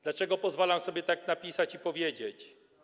Dlaczego pozwalam sobie tak napisać i powiedzieć?